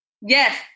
Yes